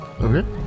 Okay